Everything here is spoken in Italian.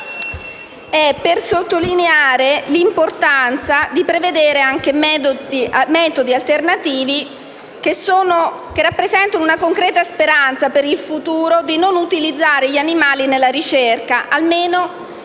a sottolineare l'importanza di prevedere anche metodi alternativi, che rappresentino una concreta speranza per il futuro di non utilizzare gli animali nella ricerca, almeno